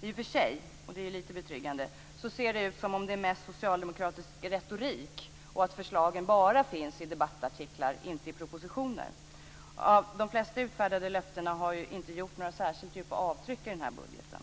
I och för sig, och det är ju lite betryggande, ser det ut som om det är mest socialdemokratisk retorik och att förslagen bara finns i debattartiklar, inte i propositioner. De flesta utfärdade löftena har ju inte gjort några särskilt djupa avtryck i den här budgeten.